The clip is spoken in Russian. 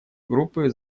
группы